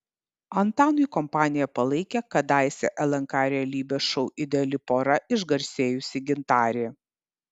antanui kompaniją palaikė kadaise lnk realybės šou ideali pora išgarsėjusi gintarė